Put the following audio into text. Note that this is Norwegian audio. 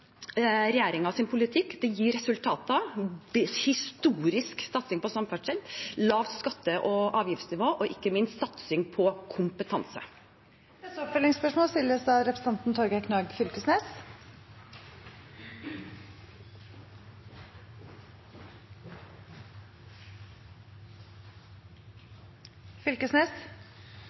politikk gir resultater: historisk satsing på samferdsel, lavt skatte- og avgiftsnivå og ikke minst satsing på kompetanse. Torgeir Knag Fylkesnes – til oppfølgingsspørsmål.